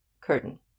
curtain